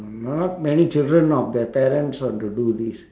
not many children of the parents want to do this